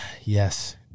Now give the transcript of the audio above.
Yes